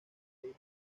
david